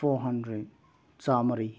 four hundred ꯆꯝꯃꯔꯤ